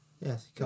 Yes